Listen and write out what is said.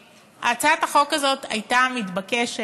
הצעת החוק הזאת הייתה מתבקשת